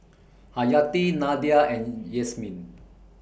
Hayati Nadia and Yasmin